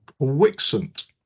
Wixent